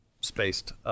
spaced